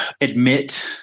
admit